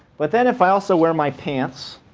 but then, if i also wear my pants,